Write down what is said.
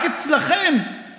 רק אצלכם